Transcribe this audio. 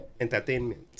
entertainment